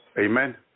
Amen